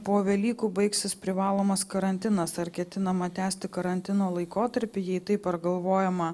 po velykų baigsis privalomas karantinas ar ketinama tęsti karantino laikotarpį jei taip ar galvojama